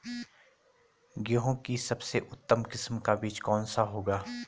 गेहूँ की सबसे उत्तम किस्म का बीज कौन सा होगा?